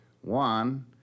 one